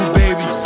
baby